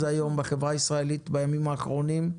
היום בחברה הישראלית בימים האחרונים,